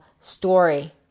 story